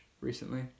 recently